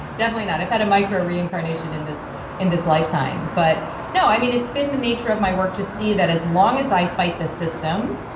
definitely not. if had a micro reincarnation in this in this lifetime. but no, i mean it's been the nature of my work to see that as long as i fight the system,